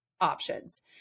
options